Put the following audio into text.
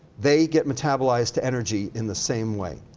they get metabolized to energy in the same way.